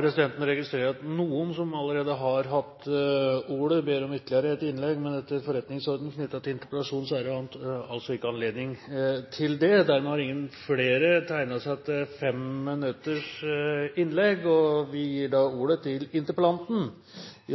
Presidenten registrerer at noen representanter som allerede har hatt ordet, ber om ytterligere et innlegg, men etter forretningsordenens bestemmelser knyttet til interpellasjoner er det ikke anledning til det. Dermed er det ikke flere som har tegnet seg til femminuttersinnlegg, og interpellanten,